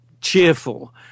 cheerful